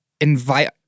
invite